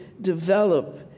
develop